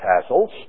tassels